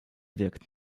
wirkt